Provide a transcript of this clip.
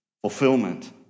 Fulfillment